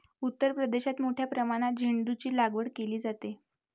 उत्तर प्रदेशात मोठ्या प्रमाणात झेंडूचीलागवड केली जाते